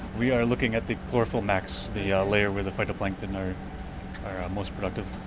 we are looking at the chlorophyll max, the yeah layer where the phytoplankton are most productive.